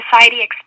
society